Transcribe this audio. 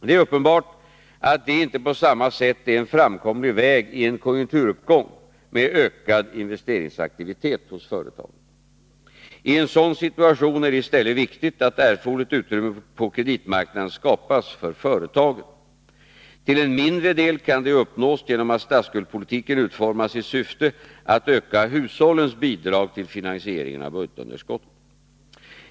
Det är uppenbart att detta inte på samma sätt är en framkomlig väg i en konjunkturuppgång med ökad investeringsaktivitet hos företagen. I en sådan situation är det i stället viktigt att erforderligt utrymme på kreditmarknaden skapas för företagen. Till en mindre del kan detta uppnås genom att statsskuldspolitiken utformas i syfte att öka hushållens bidrag till finansieringen av budgetunderskottet.